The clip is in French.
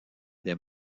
des